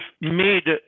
made